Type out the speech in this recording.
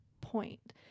point